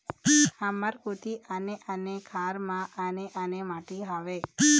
हमर कोती आने आने खार म आने आने माटी हावे?